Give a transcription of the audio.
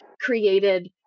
created